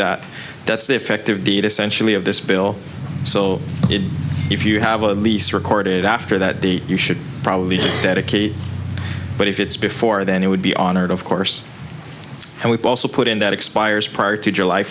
that that's the effective date essentially of this bill so if you have a lease recorded after that day you should probably dedicate but if it's before then it would be honored of course and we've also put in that expires prior to july